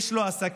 יש לו עסקים,